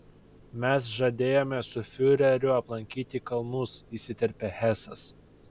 mes žadėjome su fiureriu aplankyti kalnus įsiterpė hesas